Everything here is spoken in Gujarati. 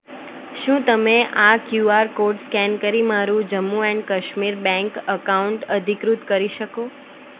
શું તમે આ કયુઆર કોડ સ્કેન કરીને મારું Jammu and Kashmir bank account અધિકૃત કરી શકો